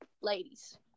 Ladies